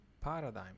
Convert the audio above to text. paradigm